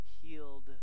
healed